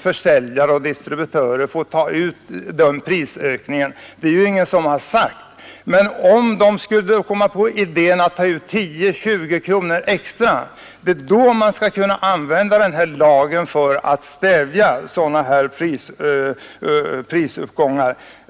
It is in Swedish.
försäljare och distributörer få ta ut dessa prisökningar. Men om de skulle komma på idén att ta ut 10 eller 20 kronor extra, då skall man använda denna lag för att stävja sådana prishöjningar.